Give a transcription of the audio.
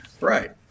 Right